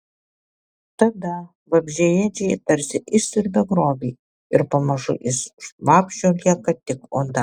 tada vabzdžiaėdžiai tarsi išsiurbia grobį ir pamažu iš vabzdžio lieka tik oda